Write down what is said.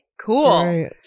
Cool